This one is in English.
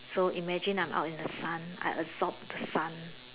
so imagine I'm out in the sun I absorb the sun